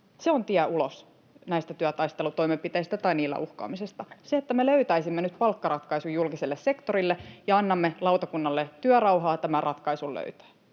Se on tie ulos näistä työtaistelutoimenpiteistä tai niillä uhkaamisesta, ja että me löytäisimme nyt palkkaratkaisun julkiselle sektorille ja annamme lautakunnalle työrauhaa löytää tämä ratkaisu. On